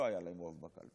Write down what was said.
לא היה להם רוב בקלפי.